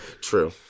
True